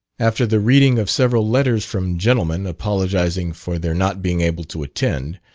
after the reading of several letters from gentlemen, apologising for their not being able to attend,